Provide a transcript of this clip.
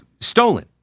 stolen